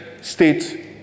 state